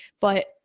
but-